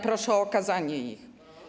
Proszę o okazanie ich.